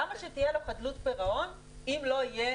למה שתהיה לו חדלות פירעון אם לא תהיה